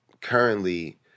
currently